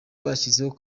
bashyizeho